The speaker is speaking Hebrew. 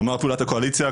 כלומר פעולת הקואליציה,